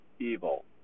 evil